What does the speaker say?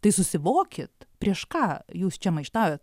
tai susivokit prieš ką jūs čia maištaujat